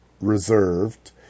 reserved